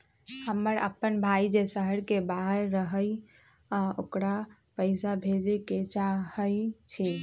हमर अपन भाई जे शहर के बाहर रहई अ ओकरा पइसा भेजे के चाहई छी